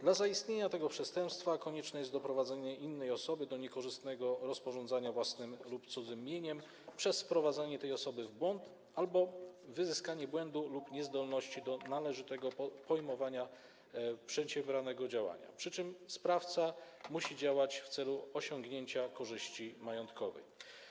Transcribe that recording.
Do zaistnienia tego przestępstwa konieczne jest doprowadzenie innej osoby do niekorzystnego rozporządzenia własnym lub cudzym mieniem przez wprowadzenie tej osoby w błąd albo wyzyskanie błędu lub niezdolności do należytego pojmowania przedsiębranego działania, przy czym sprawca musi działać w celu osiągnięcia korzyści majątkowej.